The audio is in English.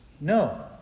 No